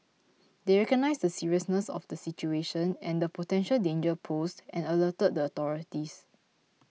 they recognised the seriousness of the situation and the potential danger posed and alerted the authorities